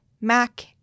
Mac